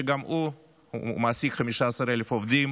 שגם הוא מעסיק 15,000 עובדים,